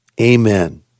Amen